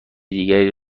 دیگری